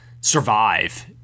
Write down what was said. survive